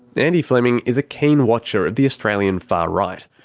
andy fleming is a keen watcher of the australian far right.